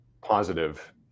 positive